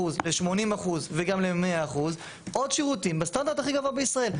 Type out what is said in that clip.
ל-80% וגם ל-100% עוד שירותים בסטנדרט הכי גבוה בישראל.